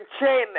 chain